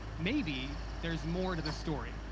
maybe, there's more to this story,